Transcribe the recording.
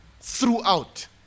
throughout